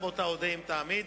גם אותה אודה אם תעמיד.